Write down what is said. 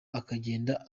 akagenda